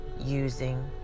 using